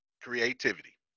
Creativity